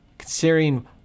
considering